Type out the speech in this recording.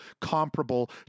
comparable